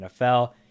NFL